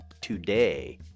today